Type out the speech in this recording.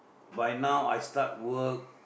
by now I start work